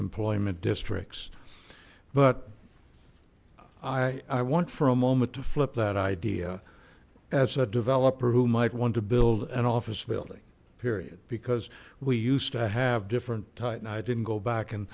employment districts but i i want for a moment to flip that idea as a developer who might want to build an office building period because we used to have different tight and i didn't go back and